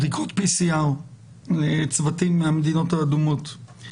בדיקות PCR לצוותים שמגיעים מהמדינות האדומות.